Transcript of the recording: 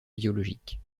biologique